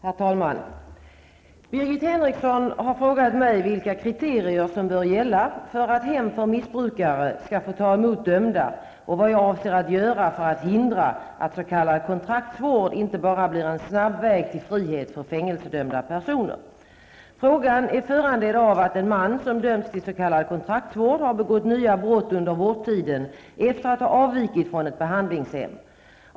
Herr talman! Birgit Henriksson har frågat mig vilka kriterier som bör gälla för att hem för missbrukare skall få ta emot dömda och vad jag avser att göra för att hindra att s.k. kontraktsvård inte bara blir en snabb väg till frihet för fängelsedömda personer. Frågan är föranledd av att en man, som dömts till s.k. kontraktsvård, har begått nya brott under vårdtiden efter att ha avvikit från ett behandlingshem.